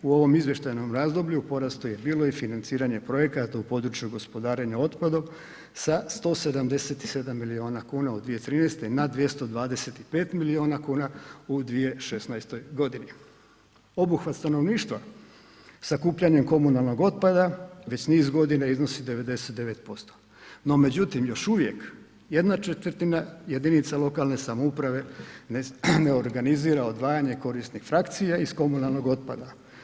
U ovom izvještajnom razdoblju u porastu je bilo i financiranje projekata u području gospodarenja otpadom sa 177 milijuna kuna u 2013. na 225 milijuna kuna u 2016. g. Obuhvat stanovništva sakupljanjem komunalnog otpada već niz godina iznosi 99%, no međutim, još uvijek jedna četvrtina jedinica lokalne samouprave ne organizira odvajanje korisnih frakcija iz komunalnog otpada.